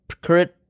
current